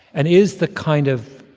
and is the kind of